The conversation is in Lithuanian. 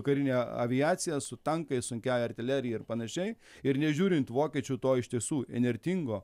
karine aviacija su tankais sunkiąja artilerija ir panašiai ir nežiūrint vokiečių to iš tiesų įnirtingo